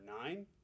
nine